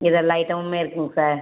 இது எல்லா ஐட்டமுமே இருக்குதுங்க சார்